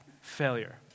Failure